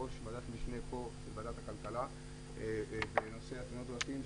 אני עמדתי בראש ועדת משנה של ועדת הכלכלה בנושא תאונות הדרכים,